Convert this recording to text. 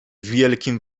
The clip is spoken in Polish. wielkim